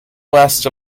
west